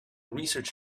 research